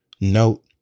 note